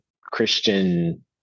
Christian